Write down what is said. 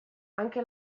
anche